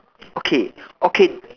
okay okay